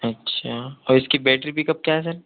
अच्छा और इसकी बैटरी बैकअप क्या है सर